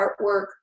artwork